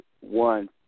one